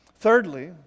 Thirdly